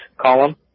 column